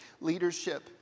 leadership